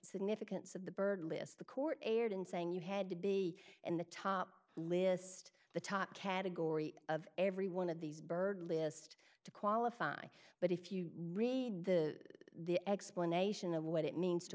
significance of the bird list the court erred in saying you had to be in the top list the top category of every one of these bird list to qualify but if you read the the explanation of what it means to